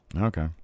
Okay